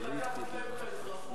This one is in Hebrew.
צריך לקחת להם את האזרחות.